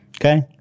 Okay